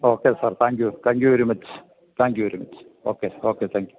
okay sir thank you thank you very much thank you very much okay okay thank you